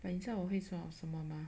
你知道我会想要什么吗